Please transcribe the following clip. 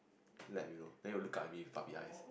lap you know and then it will look up at me with puppy eyes